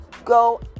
go